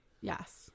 Yes